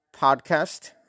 podcast